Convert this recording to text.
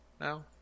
now